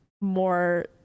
more